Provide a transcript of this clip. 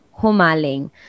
humaling